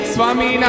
Swami